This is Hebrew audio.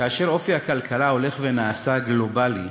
כאשר אופי הכלכלה הולך ונעשה גלובלי,